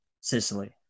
Sicily